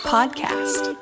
Podcast